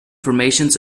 formations